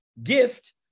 gift